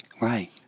Right